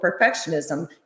perfectionism